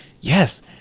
yes